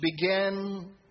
began